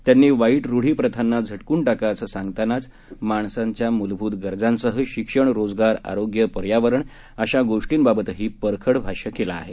त्यांनी वाईट रूढी प्रथांना झटकून टाका असं सांगतानाच माणसाच्या मुलभूत गरजांसह शिक्षण रोजगार आरोग्य पर्यावरण अशा गोष्टींबाबतही परखड भाष्य केलं आहे